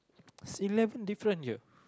is eleven different here